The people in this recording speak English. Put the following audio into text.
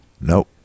Nope